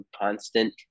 constant